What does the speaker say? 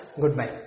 goodbye